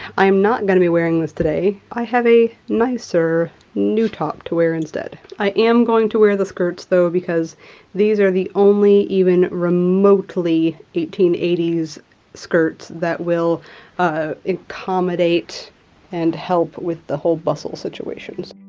i am not going to be wearing this today. i have a nicer, new top to wear instead. i am going to wear the skirts though, because these are the only even remotely eighteen eighty s skirts that will accommodate and help with the whole bustle situation.